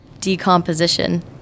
decomposition